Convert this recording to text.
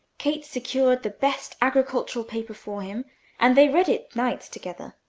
kate secured the best agricultural paper for him and they read it nights together.